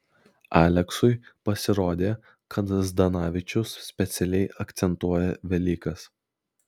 aleksui pasirodė kad zdanavičius specialiai akcentuoja velykas